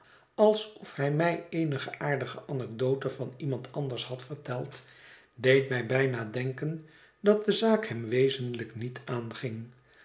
alsof hij mij eenige aardige anekdote van iemand anders had verteld deed mij bijna denken dat de zaak hem wezenlijk niet aanging